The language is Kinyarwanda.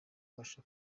babasha